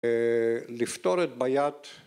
‫לפתור את בעיית...